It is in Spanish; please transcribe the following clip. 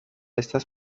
estas